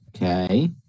Okay